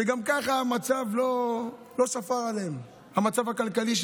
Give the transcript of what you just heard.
שגם ככה המצב לא שפר עליהם, המצב הכלכלי.